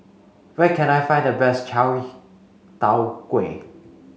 where can I find the best Chai Tow Kway